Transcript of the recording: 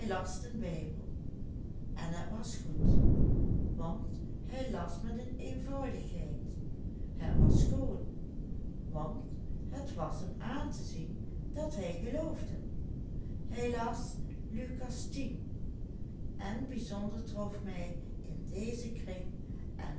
den bijbel het was goed want hij las met eenvoudigheid het was schoon want het was hem aan te zien dat hij geloofde hij las luc x en bijzonder trof mij in dezen kring en